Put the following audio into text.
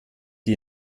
die